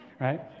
right